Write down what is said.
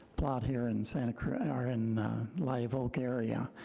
lot here in santa cruz or in live oak area,